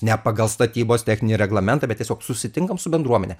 ne pagal statybos techninį reglamentą bet tiesiog susitinkam su bendruomene